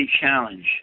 challenge